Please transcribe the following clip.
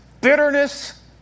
bitterness